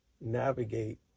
Navigate